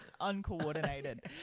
uncoordinated